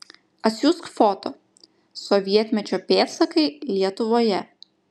atsiųsk foto sovietmečio pėdsakai lietuvoje